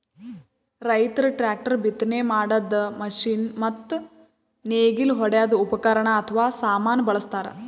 ರೈತರ್ ಟ್ರ್ಯಾಕ್ಟರ್, ಬಿತ್ತನೆ ಮಾಡದ್ದ್ ಮಷಿನ್ ಮತ್ತ್ ನೇಗಿಲ್ ಹೊಡ್ಯದ್ ಉಪಕರಣ್ ಅಥವಾ ಸಾಮಾನ್ ಬಳಸ್ತಾರ್